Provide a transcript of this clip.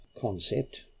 concept